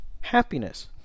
happiness